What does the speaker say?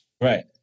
Right